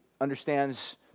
understands